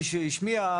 מי שהשמיע,